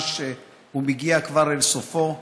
והוא מגיע כבר ממש אל סופו.